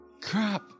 Crap